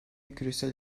küresel